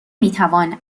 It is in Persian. میتوان